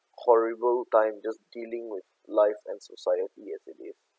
horrible time just dealing with life and society every day